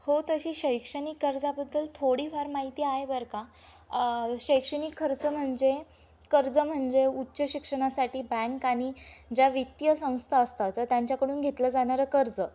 हो तशी शैक्षणिक कर्जाबद्दल थोडीफार माहिती आहे बरं का शैक्षणिक खर्च म्हणजे कर्ज म्हणजे उच्च शिक्षणासाठी बँक आणि ज्या वित्तीय संस्था असतात तर त्यांच्याकडून घेतलं जाणारं कर्ज